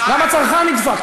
גם הצרכן נדפק.